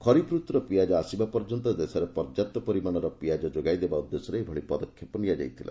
ଖରିଫ୍ ରତ୍ନର ପିଆଜ ଆସିବା ପର୍ଯ୍ୟନ୍ତ ଦେଶରେ ପର୍ଯ୍ୟାପ୍ତ ପରିମାଣର ପିଆଜ ଯୋଗାଇ ଦେବା ଉଦ୍ଦେଶ୍ୟରେ ଏଭଳି ପଦକ୍ଷେପ ନିଆଯାଇଥିଲା